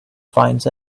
finds